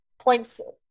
points